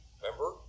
Remember